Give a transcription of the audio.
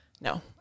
no